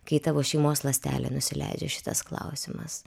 kai tavo šeimos ląstelė nusileidžia šitas klausimas